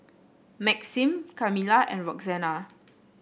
Maxim Kamilah and Roxanna